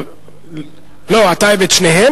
את שניהם?